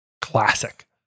Classic